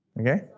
okay